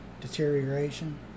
deterioration